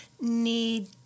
need